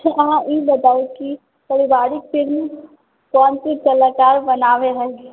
से अहाँ ई बताउ की पारिवारिक फिल्म कोन से कलाकार बनाबै है